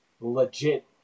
legit